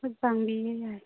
ꯄꯥꯡꯕꯤꯒꯦ ꯌꯥꯏ